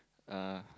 uh